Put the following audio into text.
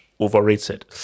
overrated